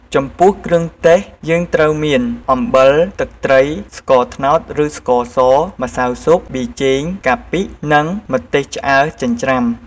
ចំពោះគ្រឿងទេស យើងត្រូវមាន អំបិល ទឹកត្រី ស្ករត្នោតឬស្ករស ម្សៅស៊ុប ប៊ីចេង កាពិ និងម្ទេសឆ្អើរចិញ្រ្ចាំ។